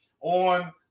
on